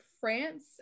France